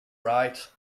right